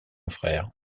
frère